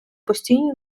постійні